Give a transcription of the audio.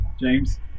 James